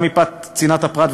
גם מפאת צנעת הפרט,